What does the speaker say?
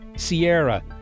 Sierra